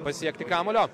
pasiekti kamuolio